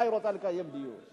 אלא היא רוצה לקיים דיון.